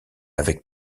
avec